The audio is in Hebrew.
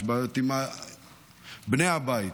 כיש בעיות עם בני הבית,